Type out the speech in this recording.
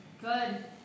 good